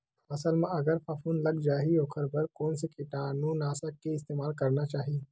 फसल म अगर फफूंद लग जा ही ओखर बर कोन से कीटानु नाशक के इस्तेमाल करना चाहि?